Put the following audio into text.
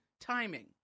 timing